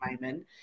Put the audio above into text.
moment